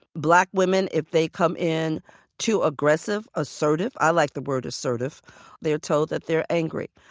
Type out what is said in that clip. black women, if they come in to aggressive, assertive i like the word assertive they're told that they're angry.